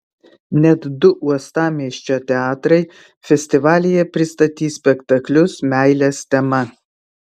net du uostamiesčio teatrai festivalyje pristatys spektaklius meilės tema